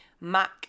Mac